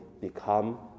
become